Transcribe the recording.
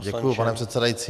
Děkuji, pane předsedající.